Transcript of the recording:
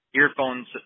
earphones